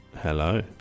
Hello